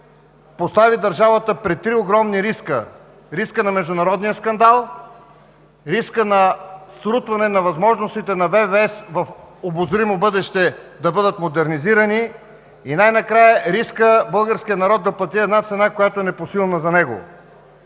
постави държавата пред три огромни риска – рискът на международния скандал, рискът на срутване на възможностите на ВВС в обозримо бъдеще да бъдат модернизирани и рискът българският народ да плати една цена, която е непосилна за него.